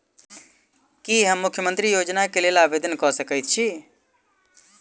की हम मुख्यमंत्री योजना केँ लेल आवेदन कऽ सकैत छी?